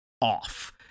off